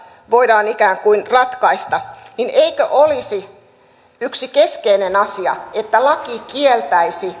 voidaan ikään kuin ratkaista niin eikö olisi yksi keskeinen asia että laki kieltäisi